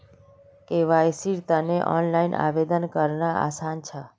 केवाईसीर तने ऑनलाइन आवेदन करना आसान छ